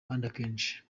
kenshi